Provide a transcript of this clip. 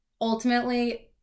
ultimately